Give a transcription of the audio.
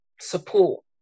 support